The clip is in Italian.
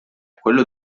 quello